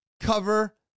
cover